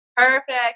Perfect